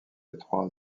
étroits